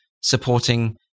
supporting